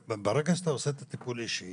ברגע שאתה עושה את הטיפול אישי